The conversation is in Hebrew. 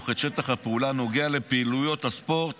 את שטח הפעולה הנוגע לפעילויות הספורט